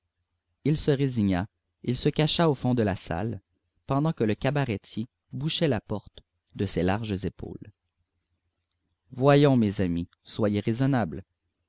il se résigna il se cacha au fond de la salle pendant que le cabaretier bouchait la porte de ses larges épaules voyons mes amis soyez raisonnables